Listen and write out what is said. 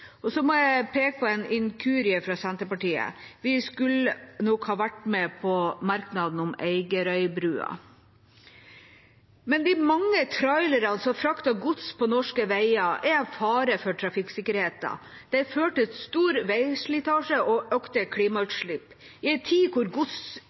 må peke på en inkurie fra Senterpartiet. Vi skulle ha vært med på merknaden om Eigerøy-brua. De mange trailerne som frakter gods på norske veier, er en fare for trafikksikkerheten. Det fører til stor veislitasje og økte